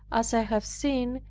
as i have seen,